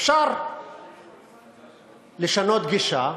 אפשר לשנות גישה,